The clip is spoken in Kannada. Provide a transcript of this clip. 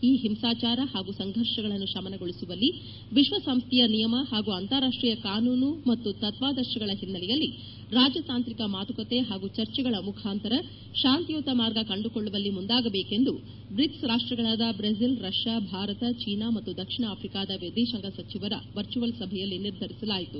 ಈ ಹಿಂಸಾಚಾರ ಹಾಗೂ ಸಂಘರ್ಷಗಳನ್ನು ಶಮನಗೊಳಿಸುವಲ್ಲಿ ವಿಶ್ವಸಂಸ್ದೆಯ ನಿಯಮ ಹಾಗೂ ಅಂತಾರಾಷ್ಟೀಯ ಕಾನೂನು ಮತ್ತು ತತ್ವಾದರ್ಶಗಳ ಹಿನ್ನೆಲೆಯಲ್ಲಿ ರಾಜತಾಂತ್ರಿಕ ಮಾತುಕತೆ ಹಾಗೂ ಚರ್ಚೆಗಳ ಮುಖಾಂತರ ಶಾಂತಿಯುತ ಮಾರ್ಗ ಕಂಡುಕೊಳ್ಳುವಲ್ಲಿ ಮುಂದಾಗಬೇಕು ಎಂದು ಬ್ರಿಕ್ಸ್ ರಾಷ್ಟ್ಗಳಾದ ಬ್ರೆಜಿಲ್ ರಷ್ಲಾ ಭಾರತ ಚೀನಾ ಮತ್ತು ದಕ್ಷಿಣ ಆಫ್ರಿಕಾದ ವಿದೇಶಾಂಗ ಸಚಿವರ ವರ್ಚುವಲ್ ಸಭೆಯಲ್ಲಿ ನಿರ್ಧರಿಸಲಾಯಿತು